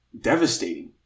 devastating